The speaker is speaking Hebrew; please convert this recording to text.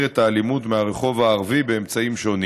את האלימות ברחוב הערבי באמצעים שונים,